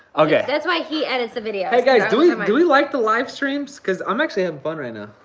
um yeah that's why he edits the videos. hey guys, do yeah do we like the live streams? cause i'm actually having fun right now.